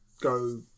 go